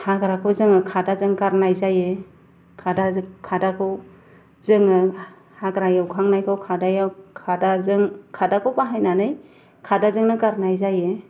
हाग्राखौ जोङो खादाजों गारनाय जायो खादाजों खादाखौ जोङो हाग्रा एवखांनायखौ खादायाव खादाजों खादाखौ बाहायानानै खादाजोंनो गारनाय जायो